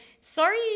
sorry